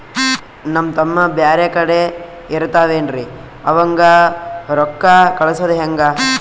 ನಮ್ ತಮ್ಮ ಬ್ಯಾರೆ ಕಡೆ ಇರತಾವೇನ್ರಿ ಅವಂಗ ರೋಕ್ಕ ಕಳಸದ ಹೆಂಗ?